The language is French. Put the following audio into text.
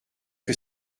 que